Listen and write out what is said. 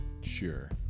Sure